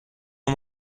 nur